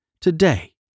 Today